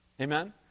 Amen